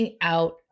out